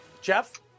Jeff